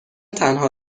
تنها